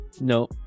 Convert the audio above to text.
No